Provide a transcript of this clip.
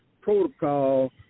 protocol